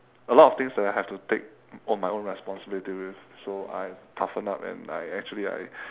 a lot of things that I had to take on my own responsibility with so I toughen up and I actually I